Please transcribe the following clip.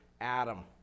Adam